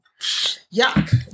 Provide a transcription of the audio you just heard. yuck